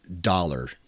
dollar